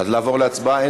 אז לעבור להצבעה?